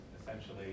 essentially